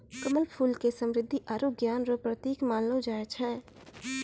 कमल फूल के समृद्धि आरु ज्ञान रो प्रतिक मानलो जाय छै